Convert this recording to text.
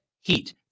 heat